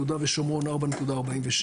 יהודה ושומרון 4.46,